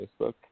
Facebook